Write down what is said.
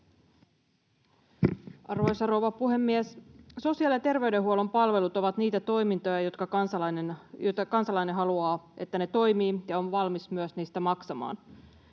Arvoisa rouva puhemies! Sosiaali- ja terveydenhuollon palvelut ovat niitä toimintoja, joista kansalainen haluaa, että ne toimivat, ja on myös valmis niistä maksamaan.